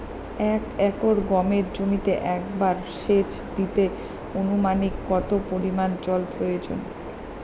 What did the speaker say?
এক একর গমের জমিতে একবার শেচ দিতে অনুমানিক কত পরিমান জল প্রয়োজন?